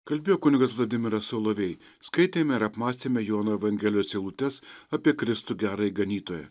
kalbėjo kunigas vladimiras solovej skaitėme ir apmąstėme jono evangelijos eilutes apie kristų gerąjį ganytoją